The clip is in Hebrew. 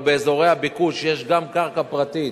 אבל באזורי הביקוש יש גם קרקע פרטית,